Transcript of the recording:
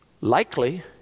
likely